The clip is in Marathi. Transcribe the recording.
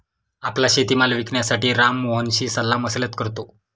आपला शेतीमाल विकण्यासाठी राम मोहनशी सल्लामसलत करतो